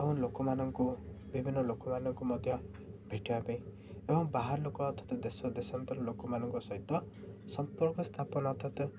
ଏବଂ ଲୋକମାନଙ୍କୁ ବିଭିନ୍ନ ଲୋକମାନଙ୍କୁ ମଧ୍ୟ ଭେଟିବା ପାଇଁ ଏବଂ ବାହାର ଲୋକ ଅର୍ଥାତ ଦେଶ ଦେଶାନ୍ତର ଲୋକମାନଙ୍କ ସହିତ ସମ୍ପର୍କ ସ୍ଥାପନ ଅର୍ଥାତ